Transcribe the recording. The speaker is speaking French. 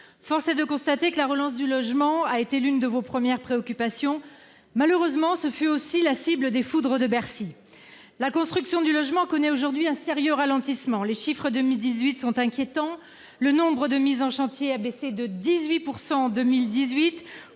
Force est de constater que la relance du logement a été l'une de vos premières préoccupations. Malheureusement, ce secteur fut aussi la cible des foudres de Bercy. La construction de logements connaît aujourd'hui un sérieux ralentissement. Les chiffres de 2018 sont inquiétants. Le nombre de mises en chantier a baissé de 18 % en 2018,